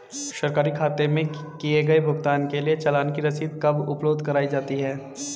सरकारी खाते में किए गए भुगतान के लिए चालान की रसीद कब उपलब्ध कराईं जाती हैं?